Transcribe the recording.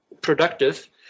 productive